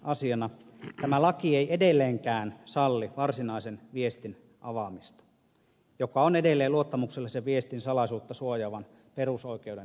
tämä laki ei edelleenkään salli varsinaisen viestin avaamista se on edelleen luottamuksellisen viestin salaisuutta suojaavan perusoikeuden piirissä